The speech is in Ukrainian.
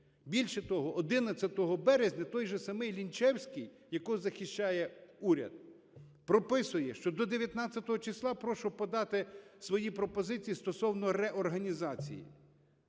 Більше того, 11 березня, той же самий Лінчевський, якого захищає уряд, прописує, що до 19 числа прошу подати свої пропозиції стосовно реорганізації.